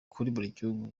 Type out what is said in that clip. gihugu